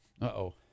Uh-oh